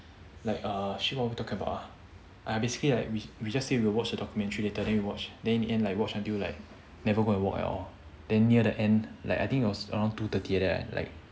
like err shit what were we talking about ah ah basically like we we just say we'll watch a documentary later then we watch then in the end like watch until like never go and work at all then near the end like I think it was around two thirty like that right like